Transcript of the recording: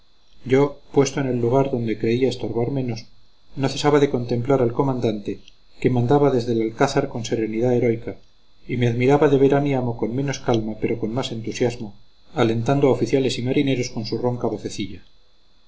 yo puesto en el lugar donde creía estorbar menos no cesaba de contemplar al comandante que mandaba desde el alcázar con serenidad heroica y me admiraba de ver a mi amo con menos calma pero con más entusiasmo alentando a oficiales y marineros con su ronca vocecilla